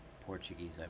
Portuguese